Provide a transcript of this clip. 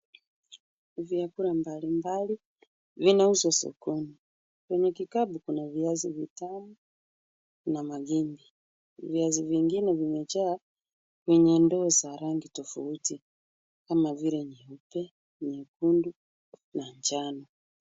Vyakula mbalimbali vinauzwa sokoni. Kwenye kikapu kuna viazi vitamu na mageni. Viazi vingine vimejaa kwenye ndoo za rangi tofauti kama vile nyeupe, nyekundu na njano.